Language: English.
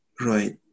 Right